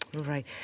Right